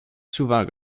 souvent